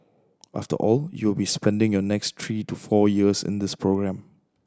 after all you will be spending your next three to four years in this programme